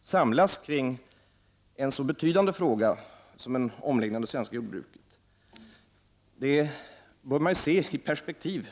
samlas kring en så betydande fråga som en omläggning av det svenska jordbruket bör man verkligen se i perspektiv.